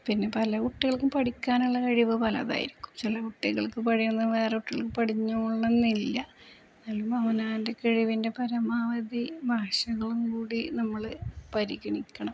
പിന്നെ പല കുട്ടികൾക്കും പഠിക്കാനുള്ള കഴിവു പലതായിരിക്കും ചില കുട്ടികൾക്കു പഠിയുന്നതു വേറെ കുട്ടികൾക്കു പഠിഞ്ഞോളണമെന്നില്ല ഏതായാലും അവനവൻ്റെ കഴിവിൻ്റെ പരമാവധി ഭാഷകളും കൂടി നമ്മള് പരിഗണിക്കണം